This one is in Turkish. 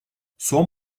son